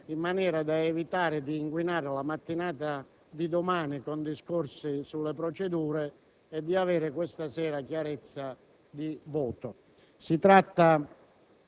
in maniera da evitare di inquinare la mattinata di domani con discorsi sulle procedure e di avere questa sera chiarezza di voto. Si tratta